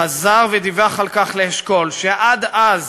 חזר ודיווח על כך לאשכול, שעד אז,